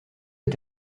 est